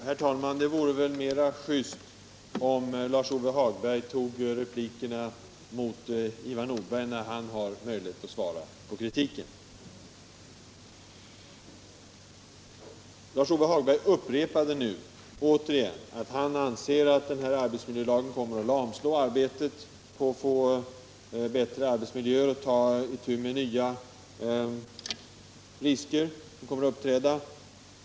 Herr talman! Det vore riktigare om Lars-Ove Hagberg replikerade Ivar Nordberg när han har möjlighet att svara på kritiken. Lars-Ove Hagberg upprepade, att han anser att denna arbetsmiljölag kommer att lamslå arbetet på bättre arbetsmiljö och på att ta itu med nya risker som kommer att uppträda.